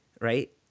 right